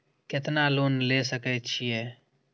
केतना लोन ले सके छीये?